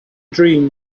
dream